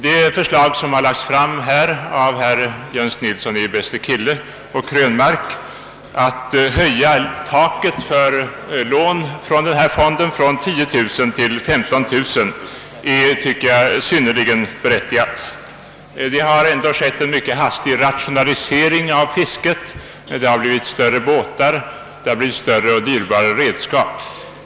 Det förslag som har lagts fram av herrar Jöns Nilsson i Bästekille och Krönmark, att taket för lån från denna fond skall höjas från 10 000 till 15 000 kronor, är, tycker jag, synnerligen berättigat. Det har skett en hastig rationalisering av fisket. Man har skaffat större båtar samt större och dyrbarare redskap.